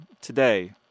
today